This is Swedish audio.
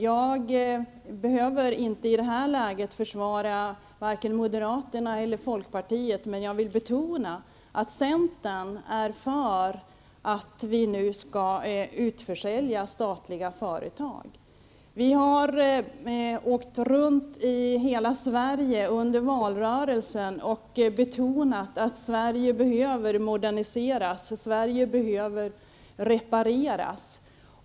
Jag behöver inte i det här läget försvara vare sig moderaterna eller folkpartiet, men jag vill betona att centern är för att vi nu skall utförsälja statliga företag. Vi har åkt runt i hela Sverige under valrörelsen och framhållit att Sverige behöver moderniseras, att Sverige behöver repareras.